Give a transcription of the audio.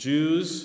Jews